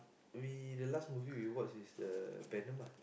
we the last movie we watched is the Venom ah